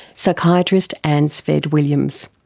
psychiatrist anne sved williams.